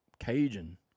Cajun